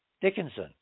Dickinson